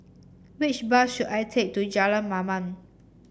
which bus should I take to Jalan Mamam